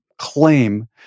claim